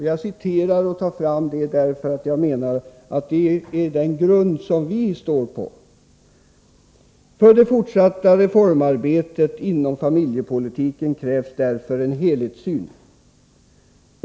Jag vill citera det därför att jag menar att det är den grund som vi står på. Vi skrev där: ”För det fortsatta reformarbetet inom familjepolitiken krävs därför en helhetssyn.